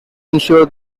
ensure